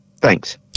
Thanks